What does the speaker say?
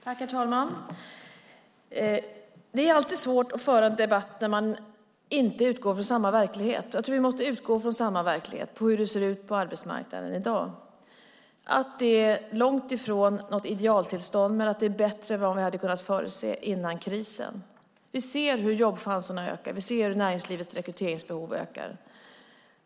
Herr talman! Det är alltid svårt att föra en debatt när man inte utgår från samma verklighet. Jag tror att vi måste utgå från samma verklighet, hur det ser ut på arbetsmarknaden i dag. Det är långt ifrån något idealtillstånd, men det är bättre än vad vi hade kunnat förutse före krisen. Vi ser hur jobbchanserna ökar. Vi ser hur näringslivets rekryteringsbehov ökar.